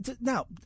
now